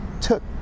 took